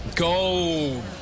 Go